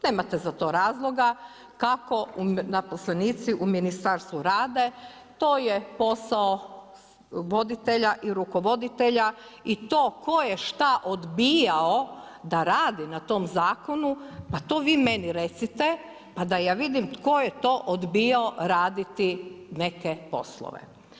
Nemate za to razloga, kako zaposlenici u Ministarstvu rade to je posao voditelja i rukovoditelja i to tko je šta odbijao da radi na tom zakonu pa to vi meni recite pa da ja vidim tko je to odbijao raditi neke poslove.